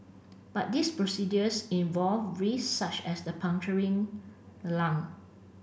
but these procedures involve risks such as the puncturing lung